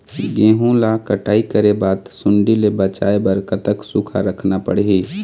गेहूं ला कटाई करे बाद सुण्डी ले बचाए बर कतक सूखा रखना पड़ही?